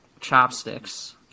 chopsticks